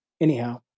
anyhow